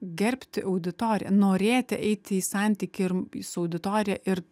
gerbti auditoriją norėti eiti į santykį ir su auditorija ir